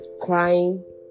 crying